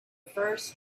first